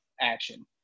action